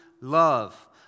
love